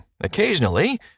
occasionally